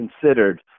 considered